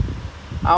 per hour